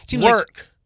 Work